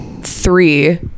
three